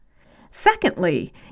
Secondly